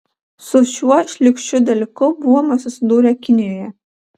su šiuo šlykščiu dalyku buvome susidūrę kinijoje